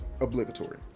obligatory